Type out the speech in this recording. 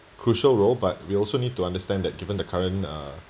crucial role but we also need to understand that given the current uh